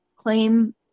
claim